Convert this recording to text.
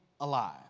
alive